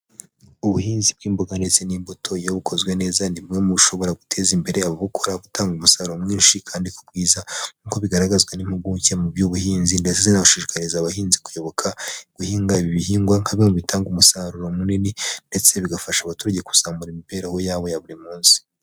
Ubuhinzi bw'imboga ndetse n'imbuto iyo bukozwe neza ni bumwe mu bushobora guteza imbere ababukora butanga umusaruro mwinshi kandi mwiza. Nk'uko bigaragazwa n'impuguke mu by'ubuhinzi ndetse bigashishikariza abahinzi kuyoboka guhinga ibihingwa nka bimwe mubitanga umusaruro munini ndetse bigafasha abaturage kuzamura imibereho yabo ya buri munsi.